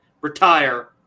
retire